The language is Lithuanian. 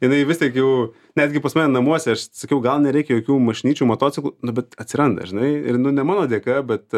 jinai vis tiek jau netgi pas mane namuose aš sakiau gal nereikia jokių mašinyčių motociklų nu bet atsiranda žinai ir nu ne mano dėka bet